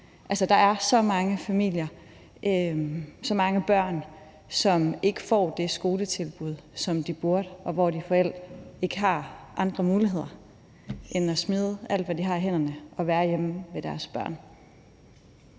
og så mange børn, som ikke får det skoletilbud, som de burde, og forældrene har ikke andre muligheder end at smide alt, hvad de har i hænderne, og være hjemme ved deres børn.